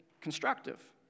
constructive